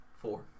four